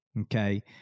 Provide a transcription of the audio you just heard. okay